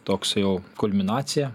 toks jau kulminacija